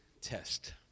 test